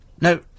No